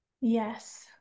Yes